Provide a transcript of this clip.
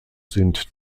sind